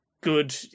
good